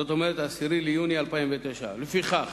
זאת אומרת 10 ביוני 2009. לפיכך